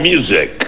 Music